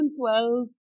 2012